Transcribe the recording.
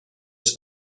بیاد